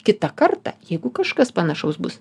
kitą kartą jeigu kažkas panašaus bus